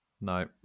No